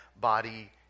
body